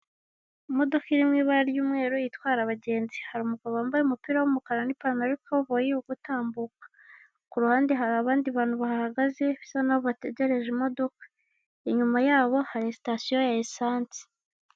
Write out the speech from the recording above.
Umodoka iri mu ibara ry'umweru itwara abagenzi, hari umugabo wambaye umupira w'umukara n'ipantaro y'ikoboyi uri gutambuka, ku ruhande hari abandi bantu bahahagaze bisa naho bategereje imodoka, inyuma yabo hari sitasiyo ya esansi.